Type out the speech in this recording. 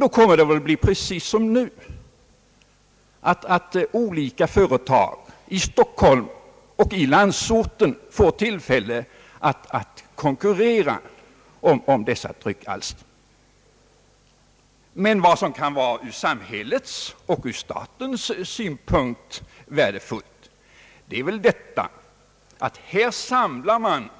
Då kommer det väl att bli precis som nu, nämligen att olika företag i Stockholm och i landsorten får tillfälle att konkurrera om dessa tryckalster. Vad som ur samhällets och statens synpunkt kan vara värdefullt är att man här samlar